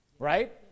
Right